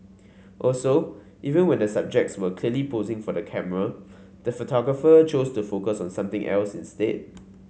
also even when the subjects were clearly posing for the camera the photographer chose to focus on something else instead